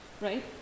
right